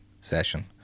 session